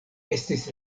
estis